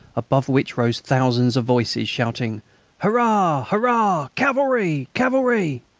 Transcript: above which rose thousands of voices shouting hurrah! hurrah! cavalry! cavalry!